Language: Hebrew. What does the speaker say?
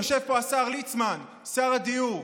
יושב פה השר ליצמן, שר הדיור.